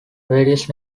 various